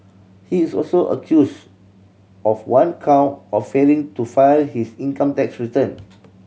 he is also accused of one count of failing to file his income tax return